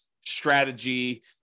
strategy